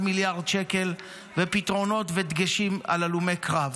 מיליארד שקל בפתרונות ודגשים על הלומי קרב.